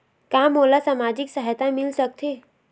का मोला सामाजिक सहायता मिल सकथे?